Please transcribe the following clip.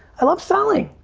i love selling.